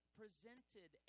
presented